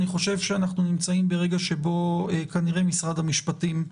אני חושב שאנחנו נמצאים ברגע שבו כנראה משרד המשפטים צריך להתערב.